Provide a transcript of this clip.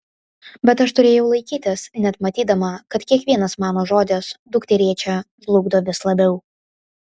bet aš turėjau laikytis net matydama kad kiekvienas mano žodis dukterėčią žlugdo vis labiau